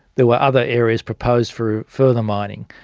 there were other areas proposed for further mining,